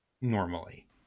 Normally